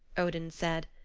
odin said.